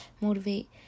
motivate